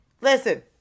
Listen